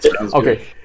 Okay